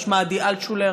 ששמה עדי אלטשולר.